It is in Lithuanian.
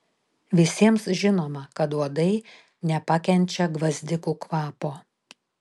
visiems žinoma kad uodai nepakenčia gvazdikų kvapo